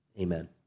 amen